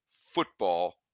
Football